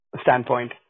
standpoint